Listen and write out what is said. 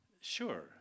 sure